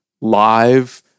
live